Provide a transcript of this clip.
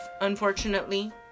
unfortunately